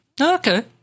Okay